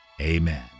AMEN